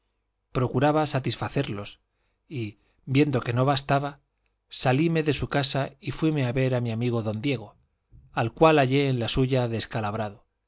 procuraba satisfacerlos y viendo que no bastaba salíme de su casa y fuime a ver a mi amigo don diego al cual hallé en la suya descalabrado